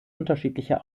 unterschiedliche